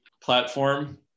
platform